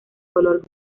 color